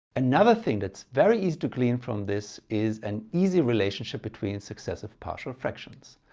another thing that's very easy to glean from this is an easy relationship between successive partial fractions.